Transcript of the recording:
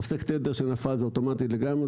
מפסק התדר שנפל זה אוטומטי לגמרי,